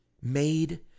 made